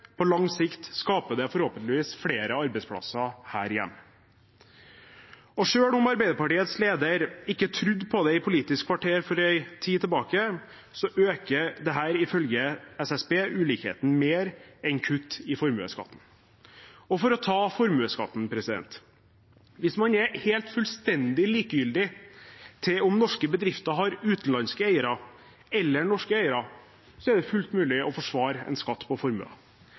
på lang sikt skaper det forhåpentligvis flere arbeidsplasser her hjemme. Selv om Arbeiderpartiets leder ikke trodde på det i Politisk kvarter for en tid tilbake, øker dette ifølge SSB ulikheten mer enn kutt i formuesskatten. Og for å ta formuesskatten: Hvis man er helt fullstendig likegyldig til om norske bedrifter har utenlandske eller norske eiere, er det fullt mulig å forsvare en skatt på formue.